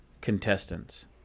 contestants